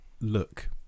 look